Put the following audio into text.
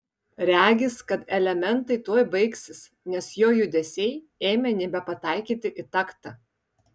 regis kad elementai tuoj baigsis nes jo judesiai ėmė nebepataikyti į taktą